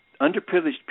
underprivileged